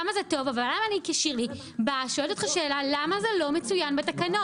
כמה זה טוב אבל אני שואלת אותך למה זה לא מצוין בתקנות.